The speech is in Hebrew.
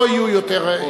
לא יהיו יותר התפקדויות,